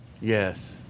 yes